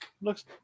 Looks